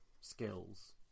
skills